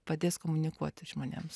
padės komunikuoti žmonėms